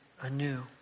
anew